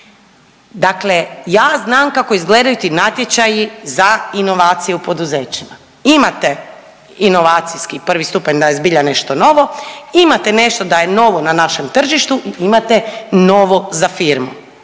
Dakle, ja znam kako izgledaju ti natječaji za inovacije u poduzećima. Imate inovacijski prvi stupanj da je zbilja nešto novo, imate nešto da je novo na našem tržištu i imate novo za firmu,